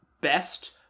best